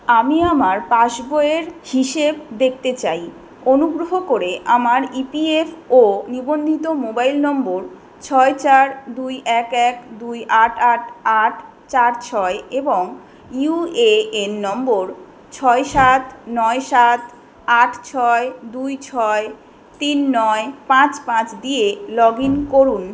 আমি আমার পাসবইয়ের হিসেব দেখতে চাই অনুগ্রহ করে আমার ইপিএফও নিবন্ধিত মোবাইল নম্বর ছয় চার দুই এক এক দুই আট আট আট চার ছয় এবং ইউএএন নম্বর ছয় সাত নয় সাত আট ছয় দুই ছয় তিন নয় পাঁচ পাঁচ দিয়ে লগ ইন করুন